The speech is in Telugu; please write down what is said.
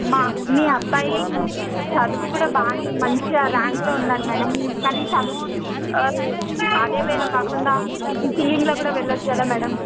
మా మీ అబ్బాయి చదువుకూడా బాగానే మంచిగా ర్యాంక్లో ఉన్నాడు మేడం కానీ చదువు అదే వేలో కాకుండా ఈ సింగింగ్లో కూడా వెళ్ళొచ్చు కదా మేడం